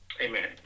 Amen